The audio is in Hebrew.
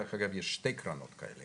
דרך אגב יש שתי קרנות כאלה,